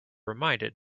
reminded